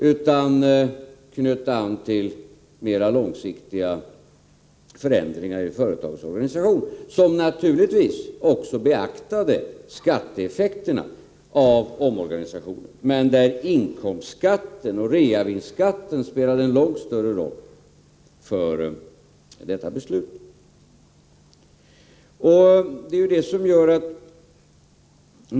Beslutet knöt an till mer långsiktiga förändringar i företagets organisation, och naturligtvis beaktade man också skatteeffekterna av omorganisationen. Men där spelade inkomstskatten och reavinstsskatten en långt större roll för beslutet.